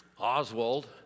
Oswald